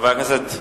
חברי הכנסת,